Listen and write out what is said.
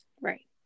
right